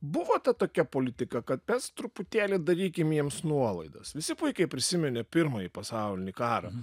buvo ta tokia politika kad mes truputėlį darykim jiems nuolaidas visi puikiai prisiminė pirmąjį pasaulinį karą